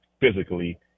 physically